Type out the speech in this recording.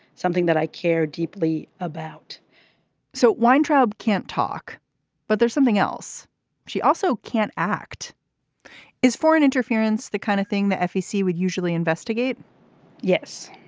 something that i care deeply about so weintraub can't talk but there's something else she also can't act is foreign interference. the kind of thing the fec would usually investigate yes.